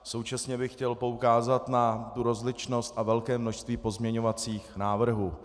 Současně bych chtěl poukázat na rozličnost a velké množství pozměňovacích návrhů.